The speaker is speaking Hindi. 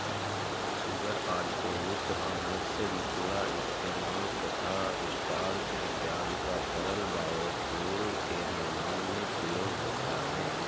सूगर आदि से युक्त अनाज से निकला इथेनॉल तथा स्टार्च इत्यादि का तरल बायोफ्यूल के निर्माण में प्रयोग होता है